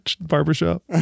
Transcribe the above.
barbershop